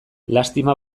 lastima